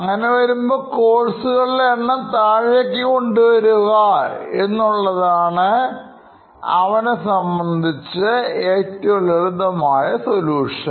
അതുകൊണ്ട് കോഴ്സുകളുടെ എണ്ണം താഴേക്ക് കൊണ്ടുവരുകഎന്നുള്ളതാണ് അവനെ സംബന്ധിച്ച് ലളിതമായ സൊല്യൂഷൻ